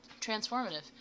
Transformative